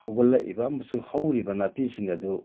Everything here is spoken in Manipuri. ꯍꯧꯒꯠꯂꯛꯏꯕ ꯑꯃꯁꯨꯡ ꯍꯧꯔꯤꯕ ꯅꯥꯄꯤꯁꯤꯡ ꯑꯗꯨ